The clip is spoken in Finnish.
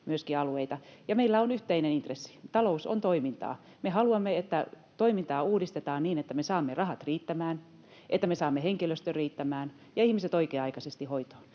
ohjaavat alueita, ja meillä on yhteinen intressi. Talous on toimintaa. Me haluamme, että toimintaa uudistetaan niin, että me saamme rahat riittämään, että me saamme henkilöstön riittämään ja ihmiset oikea-aikaisesti hoitoon.